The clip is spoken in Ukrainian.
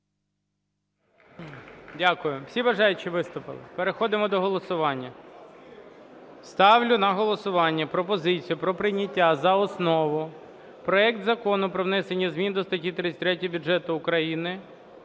Дякую. Всі бажаючі виступили? Переходимо до голосування. Ставлю на голосування пропозицію про прийняття за основу проект Закону про внесення зміни до статті 33 бюджету України…